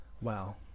Wow